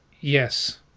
Yes